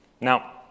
Now